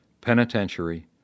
penitentiary